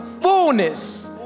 Fullness